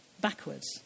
backwards